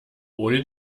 ohne